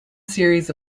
series